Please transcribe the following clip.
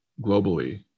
globally